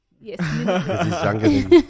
Yes